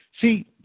See